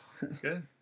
good